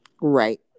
Right